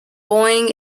going